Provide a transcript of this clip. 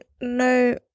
no